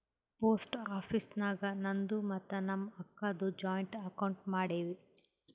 post office ನಾಗ್ ನಂದು ಮತ್ತ ನಮ್ ಅಕ್ಕಾದು ಜಾಯಿಂಟ್ ಅಕೌಂಟ್ ಮಾಡಿವ್